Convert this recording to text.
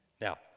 Now